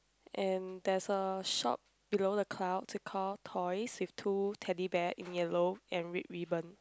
and there's a shop below the clouds they call toys with two Teddy Bear in yellow and red ribbon